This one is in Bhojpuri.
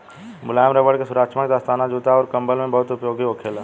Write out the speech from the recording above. मुलायम रबड़ के सुरक्षात्मक दस्ताना, जूता अउर कंबल में बहुत उपयोग होखेला